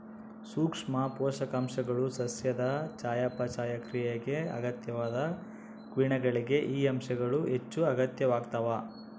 ಸೂಕ್ಷ್ಮ ಪೋಷಕಾಂಶಗಳು ಸಸ್ಯದ ಚಯಾಪಚಯ ಕ್ರಿಯೆಗೆ ಅಗತ್ಯವಾದ ಕಿಣ್ವಗಳಿಗೆ ಈ ಅಂಶಗಳು ಹೆಚ್ಚುಅಗತ್ಯವಾಗ್ತಾವ